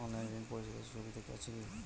অনলাইনে ঋণ পরিশধের সুবিধা আছে কি?